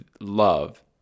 love